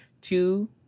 two